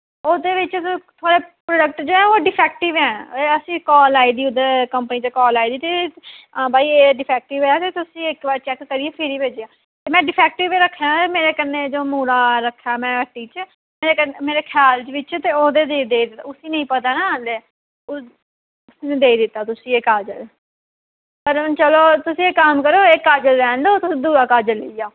ओह्दे बिच्च जो थुआढ़ा प्रोडक्ट ऐ जेह्ड़ा ओह् डिफेक्टिव ऐ असें काल आई दी उद्धर कम्पनी दा काल आई दी ते भाई एह् डिफेक्टिव ऐ तुस इक बार चेक करियै फिर गै बेचेआं डिफेक्टिव रक्खना मेरे कन्नै जो मुड़ा रक्खे दा मैं हट्टी च ते मेरे ख्याल बिच्च ओह्दे दे उसी नेईं पता न अजें तां देई दित्ता तुसी एह् काजल चलो तुस इक कम्म करो एह् काजल रैह्न देओ तुस दूआ काजल लेई जाओ